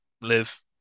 live